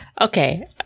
Okay